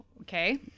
Okay